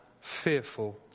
fearful